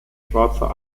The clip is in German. schwarzer